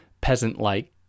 peasant-like